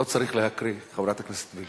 לא צריך להקריא, חברת הכנסת וילף.